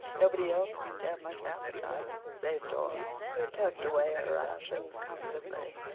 nobody else seemed to have much appetite, save dora, who tucked away her rations comfortably.